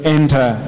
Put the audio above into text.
enter